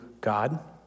God